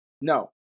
No